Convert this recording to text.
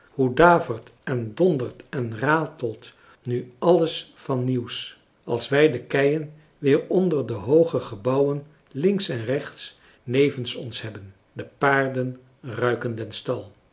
hoe davert en dondert en ratelt nu alles vannieuws als wij de keien weer onder en de hooge gebouwen links en rechts nevens ons hebben de paarden ruiken den stal